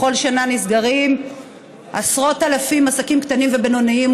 בכל שנה נסגרים עשרות אלפי עסקים קטנים ובינוניים,